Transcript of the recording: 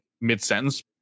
mid-sentence